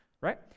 right